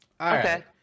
Okay